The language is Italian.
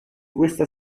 questa